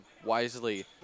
Wisely